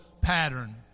pattern